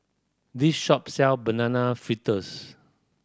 this shop sell banana fitters